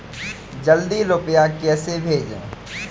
जल्दी रूपए कैसे भेजें?